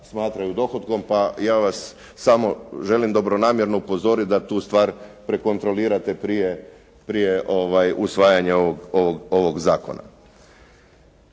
smatraju dohotkom pa ja vas samo želim dobronamjerno upozoriti da tu stvar prekontrolirate prije usvajanja ovog zakona.